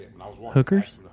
Hookers